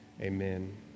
amen